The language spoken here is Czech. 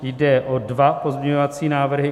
Jde o dva pozměňovací návrhy.